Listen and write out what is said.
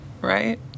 right